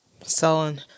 selling